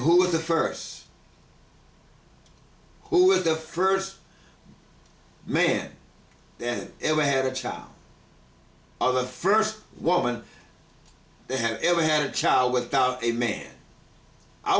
who is the first who is the first man that ever had a child of the first woman to have ever had a child without a man i